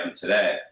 today